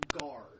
guard